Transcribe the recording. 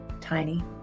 Tiny